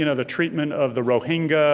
you know the treatment of the rohingya,